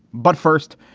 but first,